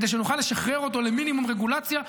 כדי שנוכל לשחרר אותו למינימום רגולציה,